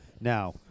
Now